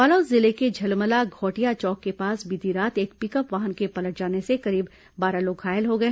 बालोद जिले के झलमला घौटिया चौक के पास बीती रात एक पिकअप वाहन के पलट जाने से करीब बारह लोग घायल हो गए